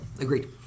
Agreed